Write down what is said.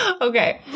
Okay